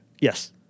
Yes